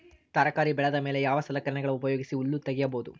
ತರಕಾರಿ ಬೆಳದ ಮೇಲೆ ಯಾವ ಸಲಕರಣೆಗಳ ಉಪಯೋಗಿಸಿ ಹುಲ್ಲ ತಗಿಬಹುದು?